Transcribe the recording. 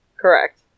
Correct